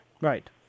Right